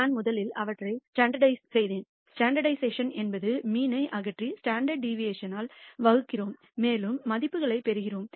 நான் முதலில் அவற்றை ஸ்டாண்டர்டிஷஷன் தரநிலைப்படுத்தல் என்பது மீனை அகற்றி ஸ்டாண்டர்ட் டிவியேஷன்ஆல் வகுக்கிறோம் மேலும் மதிப்புகளைப் பெறுகிறோம்